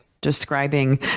describing